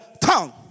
tongue